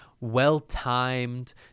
well-timed